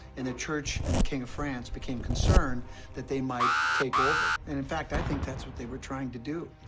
and the church and the king of france became concerned that they might take over, and in fact, i think that's what they were trying to do.